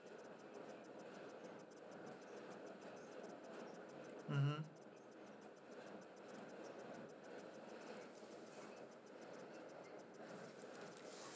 mmhmm